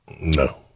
No